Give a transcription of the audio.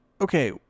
Okay